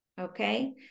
Okay